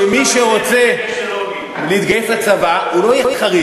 שמי שרוצה להתגייס לצבא, לא יהיה חריג.